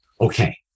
Okay